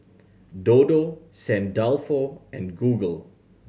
Dodo Saint Dalfour and Google